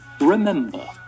remember